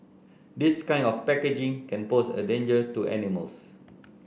this kind of packaging can pose a danger to animals